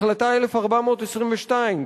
החלטה 1422,